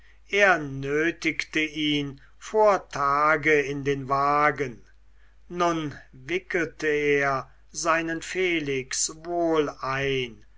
er nötigte ihn vor tage in den wagen nun wickelte er seinen felix wohl ein